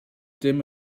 dim